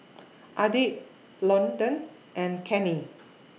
Edyth Londyn and Kenny